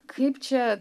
kaip čia